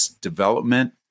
development